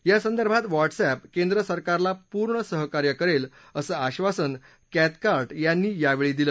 यासंदर्भात व्हॉट्सअॅप केंद्रसरकारला पूर्ण सहकार्य करेल असं आधासन कॅथकार्ट यांनी यावेळी दिलं